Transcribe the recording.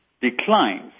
declines